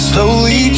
Slowly